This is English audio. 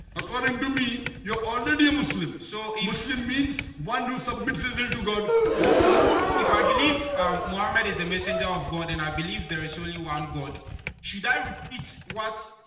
according to me you're already a muslim so muslim means one new submitters will to god if i believe muhammad is the messenger of god and i believe there is so only one god should i repeat what?